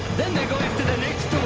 then they go after the next